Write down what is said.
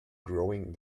growing